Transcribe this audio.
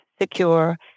secure